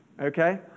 Okay